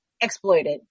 exploited